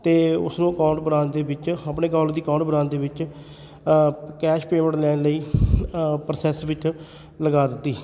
ਅਤੇ ਉਸਨੂੰ ਅਕਾਊਂਟ ਬਣਾਉਣ ਦੇ ਵਿੱਚ ਆਪਣੇ ਕੋਂਟ ਦੀ ਅਕਾਊਂਟ ਬਣਾਉਣ ਦੇ ਵਿੱਚ ਕੈਸ਼ ਪੇਮੈਂਟ ਲੈਣ ਲਈ ਪ੍ਰੋਸੈਸ ਵਿੱਚ ਲਗਾ ਦਿੱਤੀ